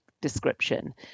description